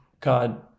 God